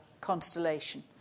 constellation